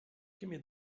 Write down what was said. gimme